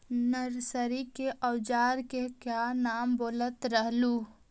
Nursery के ओजार के क्या नाम बोलत रहलू?